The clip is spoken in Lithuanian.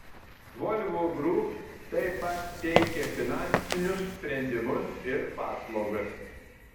volvo group taip pat teikia finansinius sprendimus ir paslaugas